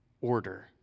order